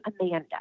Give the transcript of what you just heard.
Amanda